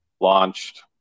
launched